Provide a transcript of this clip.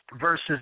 Versus